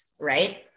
right